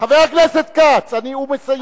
חבר הכנסת כץ, הוא מסיים.